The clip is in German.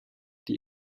die